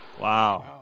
Wow